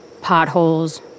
Potholes